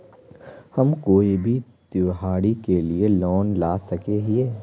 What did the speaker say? हम कोई भी त्योहारी के लिए लोन ला सके हिये?